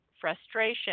frustration